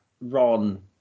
Ron